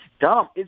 dumb